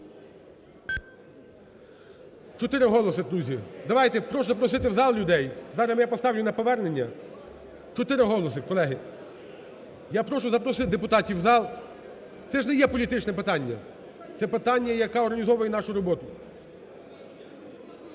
Чотири голоси, друзі! Давайте… Прошу запросити в зал людей. Зараз я поставлю на повернення. Чотири голоси, колеги. Я прошу запросити депутатів в зал. Це ж не є політичне питання, це питання, яке організовує нашу роботу.